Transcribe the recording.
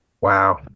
Wow